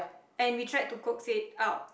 and we tried to coax it out